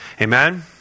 Amen